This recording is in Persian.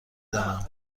دانم